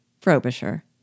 Frobisher